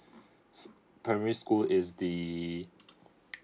s~ primary school is the